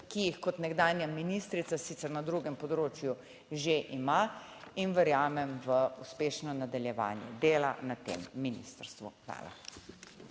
ki jih kot nekdanja ministrica sicer na drugem področju že ima in verjamem v uspešno nadaljevanje dela na tem ministrstvu. Hvala.